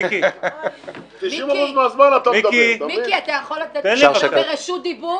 מיקי, אתה יכול לתת --- רשות דיבור?